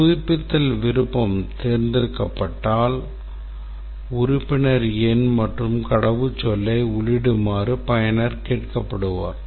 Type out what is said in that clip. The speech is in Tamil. புதுப்பித்தல் விருப்பம் தேர்ந்தெடுக்கப்பட்டால் உறுப்பினர் எண் மற்றும் கடவுச்சொல்லை உள்ளிடுமாறு பயனர் கேட்கப்படுவார்